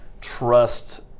trust